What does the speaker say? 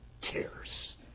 tears